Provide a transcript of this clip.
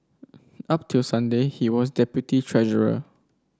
up till Sunday he was deputy treasurer